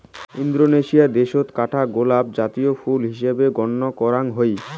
Indonesia দ্যাশত কাঠগোলাপ গছ জাতীয় ফুল হিসাবে গইণ্য করাং হই